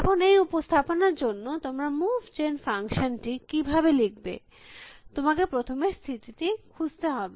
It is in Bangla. এখন এই উপস্থাপনার জন্য তোমরা মুভ জেন ফাংশন টি কিভাবে লিখবে তোমাকে প্রথমে স্থিতিটি খুঁজতে হবে